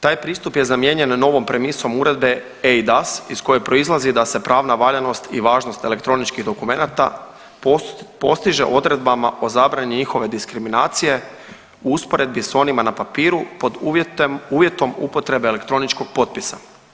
Taj pristup je zamijenjen novom premisom Uredbe EIDAS iz koje proizlazi da se pravna valjanost i važnost elektroničkih dokumenata postiže odredbama o zabrani njihove diskriminacije u usporedbi s onima na papiru pod uvjetom upotrebe elektroničkog potpisa.